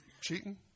cheating